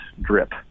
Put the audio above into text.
drip